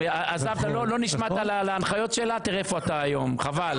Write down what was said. אבל זה למקום אחר,